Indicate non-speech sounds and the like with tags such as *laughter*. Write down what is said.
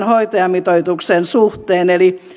*unintelligible* hoitajamitoituksen suhteen eli